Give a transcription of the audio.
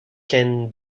can